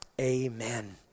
amen